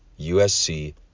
USC